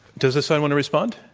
does this side want to respond?